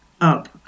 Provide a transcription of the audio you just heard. up